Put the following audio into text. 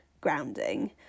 grounding